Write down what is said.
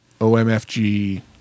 OMFG